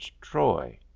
Troy